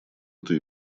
эту